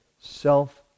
self